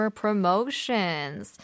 promotions